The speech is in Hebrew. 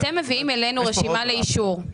אתם מביאים אלינו רשימה לאישור.